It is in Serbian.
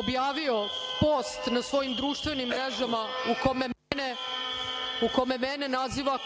objavio post na svojim društvenim mrežama u kome mene naziva